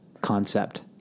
concept